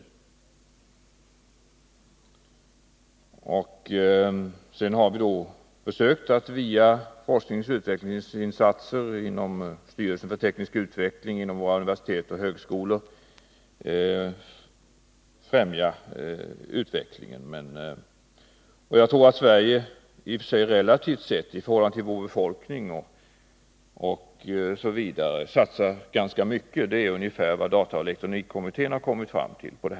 Som bekant har vi i stället försökt att via forskningsoch utvecklingsinsatser inom Styrelsen för teknisk utveckling och våra universitet och högskolor främja forskning och utveckling samt via industripolitiken. Och jag vet att Sverige relativt sett, i förhållande till vår befolkning osv., satsar ganska mycket. Det är ungefär vad dataoch elektronikkommittén kommit fram till.